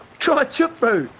try a chip bro!